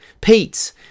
Pete